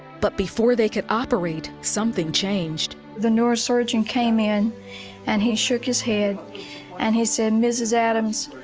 but before they could operate something changed. the neurosurgeon came in and he shook his head and he said, mrs. adams,